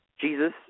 Jesus